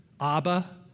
Abba